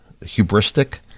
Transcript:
hubristic